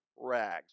rags